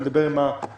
אני אדבר --- איתן,